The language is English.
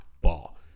ball